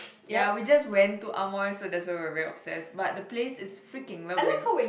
ya we just went to Amoy so that's why we are very obsessed but the place is freaking lovely